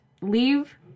leave